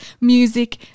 music